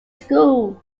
schools